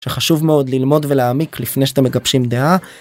חשוב מאוד ללמוד ולהעמיק לפני שאתם מגבשים דעה.